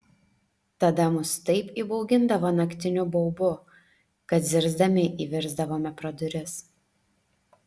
tada mus taip įbaugindavo naktiniu baubu kad zirzdami įvirsdavome pro duris